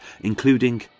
including